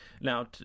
now